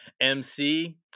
MC